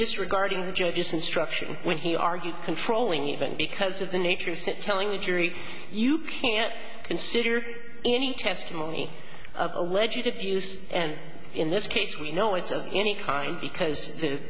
disregarding the judge's instruction when he argued controlling it and because of the nature of that telling the jury you can't consider any testimony of alleged abuse and in this case we know it's of any kind because the